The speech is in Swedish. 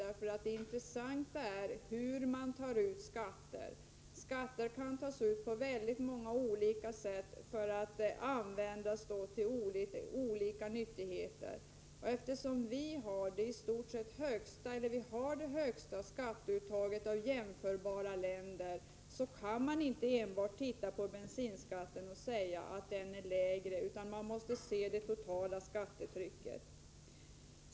Det intressanta är hur man tar ut skatter. Skatter kan tas ut på väldigt många olika sätt för att användas till skilda nyttigheter. Eftersom vi har det högsta skatteuttaget av jämförbara länder, kan man inte titta enbart på bensinskatten och säga att den är lägre, utan man måste se det totala skattetrycket.